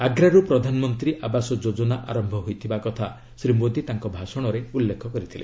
ଆଗ୍ରାରୁ ପ୍ରଧାନମନ୍ତ୍ରୀ ଆବାସ ଯୋଜନା ଆରମ୍ଭ ହୋଇଥିବା କଥା ଶ୍ରୀ ମୋଦି ତାଙ୍କର ଭାଷଣରେ ଉଲ୍ଲେଖ କରିଛନ୍ତି